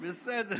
חברי הכנסת,